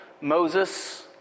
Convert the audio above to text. Moses